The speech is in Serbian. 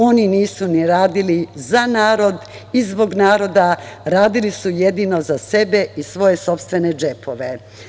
Oni nisu ni radili za narod i zbog naroda, radili su jedino za sebe i svoje sopstvene džepove.